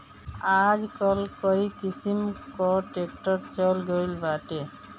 आजकल कई किसिम कअ ट्रैक्टर चल गइल बाटे